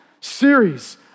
series